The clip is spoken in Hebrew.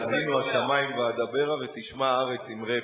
אתה מכיר את "האזינו השמים ואדברה ותשמע הארץ אמרי פי"